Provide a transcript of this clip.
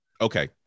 okay